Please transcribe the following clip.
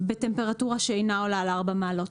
בטמפרטורה שאינה עולה על 4 מעלות.